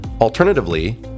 Alternatively